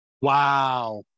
Wow